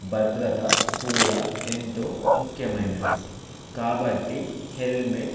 భద్రత కూడా ఎంతో ముఖ్యమైనది కాబట్టి హెల్మెట్